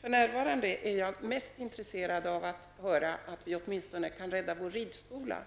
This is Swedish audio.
För närvarande är jag emellertid mest intresserad av att få höra att vi åtminstone kan rädda vår ridskola.